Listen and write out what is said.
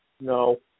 No